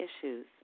issues